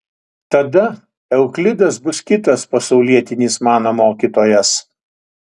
tada euklidas bus kitas pasaulietinis mano mokytojas